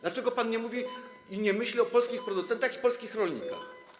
Dlaczego pan nie mówi i nie myśli o polskich producentach i polskich rolnikach?